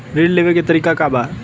ऋण लेवे के तरीका का बा?